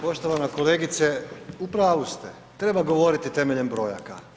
Poštovana kolegice u pravu ste, treba govoriti temeljem brojaka.